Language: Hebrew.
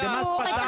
זה מס שפתיים.